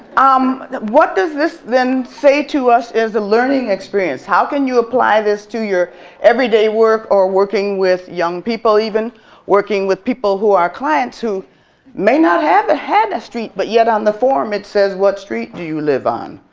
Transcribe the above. um what does this then say to us a learning experience? how can you apply this to your everyday work or working with young people, working working with people who are clients who may not have had a street but yet on the form it says what street do you live on.